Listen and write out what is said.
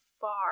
far